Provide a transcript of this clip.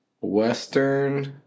Western